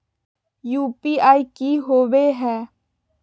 UPI की होवे है?